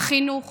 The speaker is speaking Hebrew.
במדדי החינוך